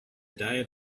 diet